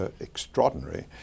extraordinary